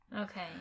okay